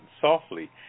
softly